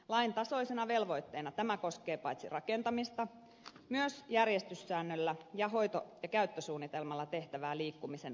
lain tasoisena velvoitteena tämä koskee paitsi rakentamista myös järjestyssäännöllä ja hoito ja käyttösuunnitelmalla tehtävää liikkumisen ohjeistusta